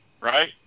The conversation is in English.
right